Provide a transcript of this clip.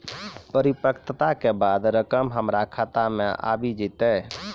परिपक्वता के बाद रकम हमरा खाता मे आबी जेतै?